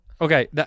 Okay